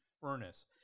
furnace